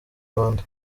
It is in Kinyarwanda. rwanda